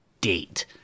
date